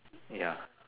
ya